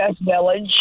Village